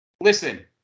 listen